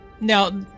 Now